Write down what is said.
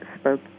spoke